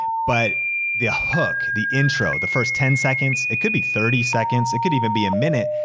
but the hook, the intro, the first ten seconds, it could be thirty seconds, it could even be a minute,